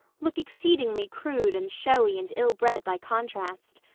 look exceedingly crude and showy and ill-bred by contrast.